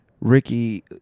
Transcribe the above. Ricky